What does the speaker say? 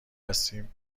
هستیم